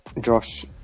Josh